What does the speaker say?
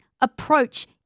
approach